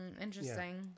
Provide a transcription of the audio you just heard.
interesting